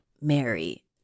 Mary